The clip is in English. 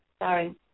Sorry